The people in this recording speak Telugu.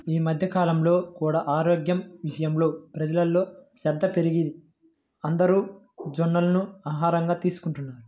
ఈ మధ్య కాలంలో కూడా ఆరోగ్యం విషయంలో ప్రజల్లో శ్రద్ధ పెరిగి అందరూ జొన్నలను ఆహారంగా తీసుకుంటున్నారు